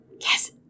Yes